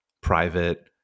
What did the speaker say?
private